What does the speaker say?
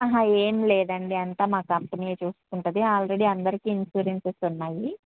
ఆహా ఏం లేదండి అంతా మా కంపెనీ చూసుకుంటుంది ఆల్రెడీ అందరికీ ఇన్సూరెన్సెస్ ఉన్నాయి